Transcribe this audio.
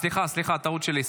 סליחה, טעות שלי.